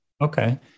Okay